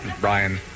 Brian